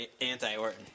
anti-Orton